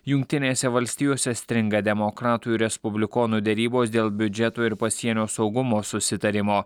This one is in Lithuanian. jungtinėse valstijose stringa demokratų ir respublikonų derybos dėl biudžeto ir pasienio saugumo susitarimo